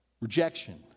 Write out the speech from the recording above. rejection